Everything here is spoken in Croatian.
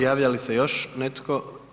Javlja li se još netko?